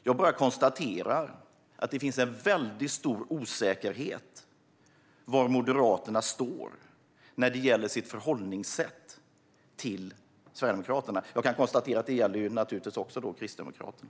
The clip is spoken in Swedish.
Jag bara konstaterar att det finns en väldigt stor osäkerhet om var Moderaterna står när det gäller deras förhållningssätt gentemot Sverigedemokraterna. Jag kan konstatera att det naturligtvis också gäller Kristdemokraterna.